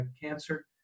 cancer